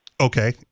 Okay